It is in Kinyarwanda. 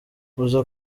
uza